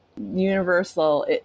Universal